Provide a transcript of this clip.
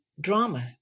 drama